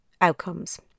outcomes